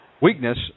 Weakness